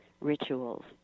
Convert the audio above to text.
rituals